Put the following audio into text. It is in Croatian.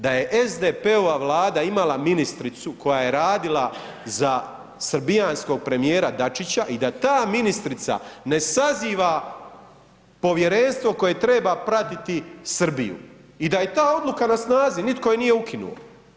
Da je SDP-ova Vlada imala ministricu koja je radila za srbijanskog premijera Dačića i da ta ministrica ne saziva povjerenstvo koje treba pratiti Srbiju i da je ta odluka na snazi, nitko je nije ukinuo.